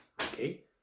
Okay